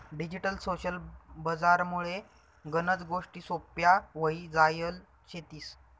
digital social बजार मुळे गनच गोष्टी सोप्प्या व्हई जायल शेतीस